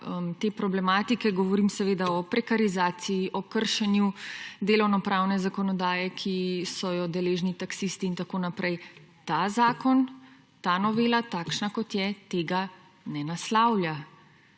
te problematike. Govorim seveda o prekarizaciji, o kršenju delovnopravne zakonodaje, ki so jo deležni taksisti in tako naprej. Ta zakon, ta novela takšna kot je tega ne naslavlja.